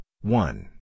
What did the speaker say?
one